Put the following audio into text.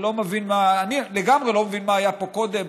אני לגמרי לא מבין מה היה פה קודם,